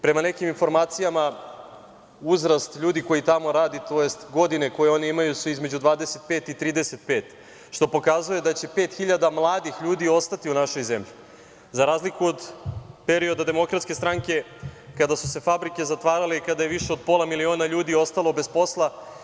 Prema nekim informacijama, uzrast ljudi koji tamo radi, tj. godine koje oni imaju su između 25 i 35, što pokazuje da će pet hiljada mladih ljudi ostati u našoj zemlji, za razliku od perioda DS, kada su se fabrike zatvarale i kada je više od pola miliona ljudi ostalo bez posla.